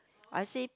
I say